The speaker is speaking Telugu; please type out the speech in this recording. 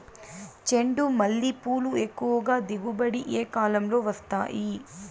చెండుమల్లి పూలు ఎక్కువగా దిగుబడి ఏ కాలంలో వస్తాయి